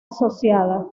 asociada